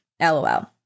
LOL